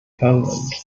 poland